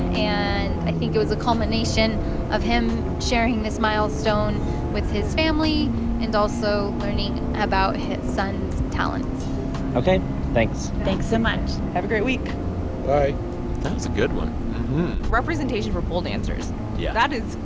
and i think it was a combination of him sharing this milestone with his family and also learning about his son's talent ok, thanks thanks so much have a great week bye that was a good one representation for pole dancers yeah that is.